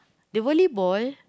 the volleyball